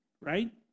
right